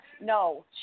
No